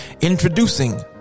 introducing